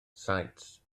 saets